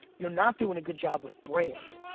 you're not doin' a good job with brand.